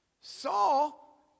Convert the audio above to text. Saul